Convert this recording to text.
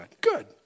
Good